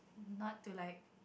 not to like